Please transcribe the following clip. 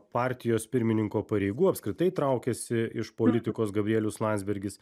partijos pirmininko pareigų apskritai traukiasi iš politikos gabrielius landsbergis